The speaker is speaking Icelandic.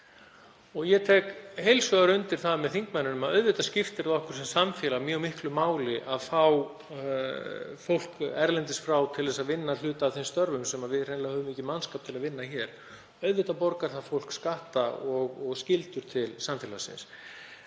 Ég tek heils hugar undir það með þingmanninum að auðvitað skiptir það okkur sem samfélag mjög miklu máli að fá fólk erlendis frá til að vinna hluta af þeim störfum sem við höfum hreinlega ekki mannskap til að vinna hér. Auðvitað borgar það fólk skatta og skyldur til samfélagsins